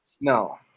No